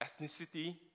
ethnicity